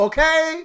Okay